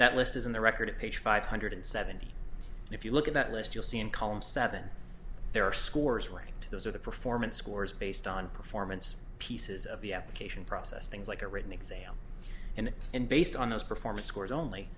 that list is in the record at page five hundred seventy and if you look at that list you'll see in column seven there are scores ranked those are the performance scores based on performance pieces of the application process things like a written exam and and based on those performance scores only